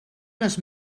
les